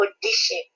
condition